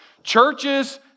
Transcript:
Churches